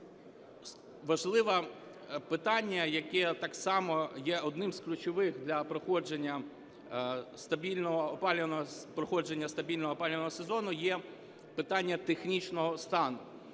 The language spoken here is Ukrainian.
важливе питання, яке так само є одним з ключових для проходження стабільного опалювального сезону, є питання технічного стану,